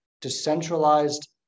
decentralized